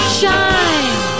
shine